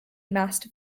masted